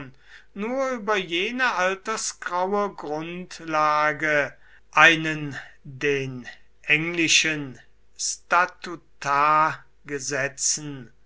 nur über jene altersgraue grundlage einen den englischen statutargesetzen